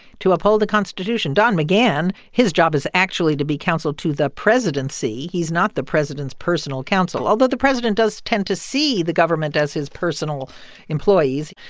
to uphold the constitution. don mcgahn his job is actually to be counsel to the presidency. he's not the president's personal counsel, although the president does tend to see the government as his personal employees.